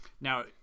now